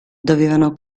dovevano